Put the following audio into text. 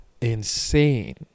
insane